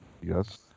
Yes